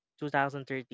2013